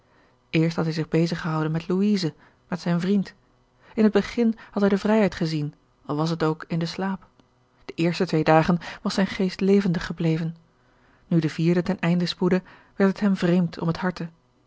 eerst had hij zich bezig gehouden met louise met zijn vriend in het begin had hij de vrijheid gezien al was het ook in den slaap de eerste twee dagen was zijn geest levendig gebleven nu de vierde ten einde spoedde werd het hem vreemd om het harte